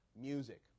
music